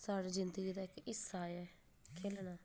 साढ़ी जिंदगी दा इक हिस्सा ऐ खे'ल्लना